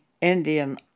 Indian